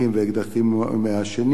ואקדחים מעשנים,